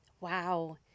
Wow